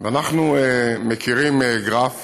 ואנחנו מכירים גרף